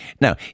Now